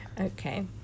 Okay